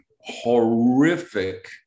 horrific